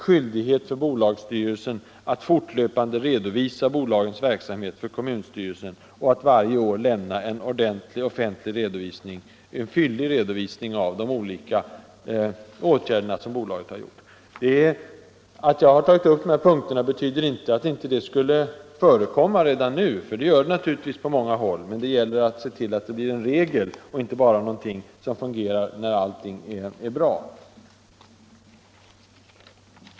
Skyldighet för bolagsstyrelse att fortlöpande redovisa bolagets verksamhet för kommunstyrelsen och att varje år lämna en fyllig offentlig redovisning för de olika åtgärder som bolaget har vidtagit. Att jag har tagit upp dessa punkter betyder inte att detta inte skulle förekomma redan nu, för det gör det naturligtvis på många håll. Men det gäller att se till att det blir en regel och inte bara någonting som fungerar när allting är bra.